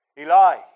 Eli